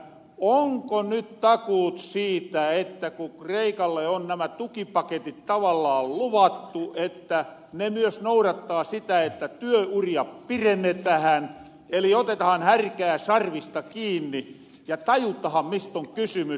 onko nyt takuut siitä että ku kreikalle on nämä tukipaketit tavallaan luvattu ne myös nourattaa sitä että työuria pirennetähän eli otetahan härkää sarvista kiinni ja tajutahan mist on kysymys